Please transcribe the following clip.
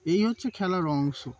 এই হচ্ছে খেলার অংশ